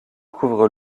couvre